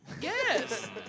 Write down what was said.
Yes